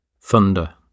thunder